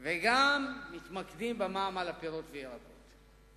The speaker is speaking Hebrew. וגם מתמקדים במע"מ על הפירות והירקות.